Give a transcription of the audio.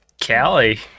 Callie